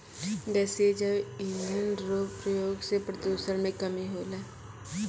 गैसीय जैव इंधन रो प्रयोग से प्रदूषण मे कमी होलै